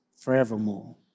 forevermore